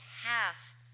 half